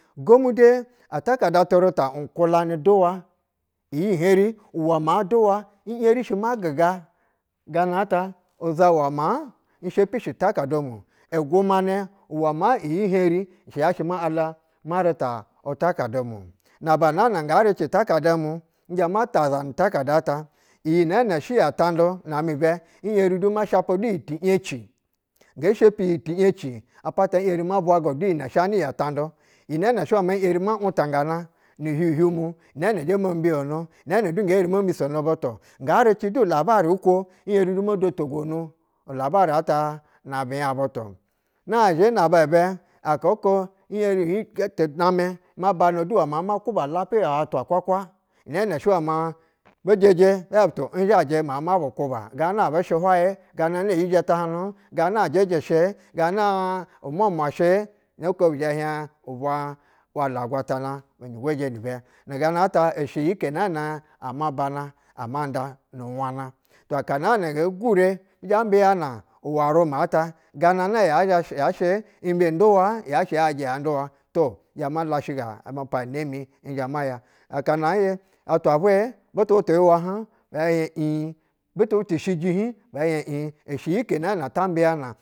Gom de atakada tur eta a kaka ni duwa iyi hen in yim shi ma giga yana ta uzawa mau nshɛpi shi tehadu me igumanɛ uwe ma iyihem shɛ zhe ma ala ma rita uta hada mo na a hana nga recɛ takallu mu nzhe mota aza nu takada ta iyi nene shɛ yi ya tundu na amɛ ben yeri du ma shapa du yi tiye ci nge shepi yiti yeci apata erima vaga du iyi ne shanɛ yi ya tundu inene shɛ we mayiri ma utangana nu huilui mu nene zhe mobiyono nene du nge er mo mbisono butu nga reci du lare ko n yer olu mo luloto gonu na alabare at ana binya butu nazhe na aba be akako nyiri jete name ma bana du wena maku lapiya wa atwa hwahwa inene shɛ bi jɛjɛ behieb to nzhaja ma ma bu kuba gam ana yi shɛ gana na iyi zhe tahanu gana ajɛjɛ shɛ gana umuamua shɛ no oho bi zha hie wal agwafana bu njɛ gojɛ ni be nu gana ata ishɛyine nana a banu ma nda nu wan ana aha na na nge gure zha mbiyanu uwa rume ht gamana ya zha yashɛ imbe duwa yashɛ yajɛ a duwa to nzhe mala shɛga apana ne mi nzhe maya aka ngaye atwa vwe butuu butu yiwa hn be hce ii butu butu shiji hi be behie ii ishɛ yi he nana ata mbiya na.